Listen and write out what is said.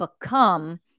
become